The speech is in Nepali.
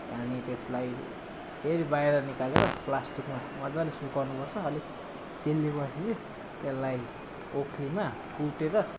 अनि त्यसलाई फेरि बाहिर निकालेर प्लास्टिकमा मज्जाले सुकाउनुपर्छ अलिक सेल्लिएपछि चाहिँ तेल्लाई ओखलीमा कुटेर